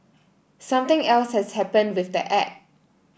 something else has happened with the app